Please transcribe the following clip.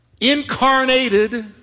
incarnated